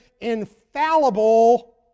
infallible